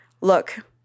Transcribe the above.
Look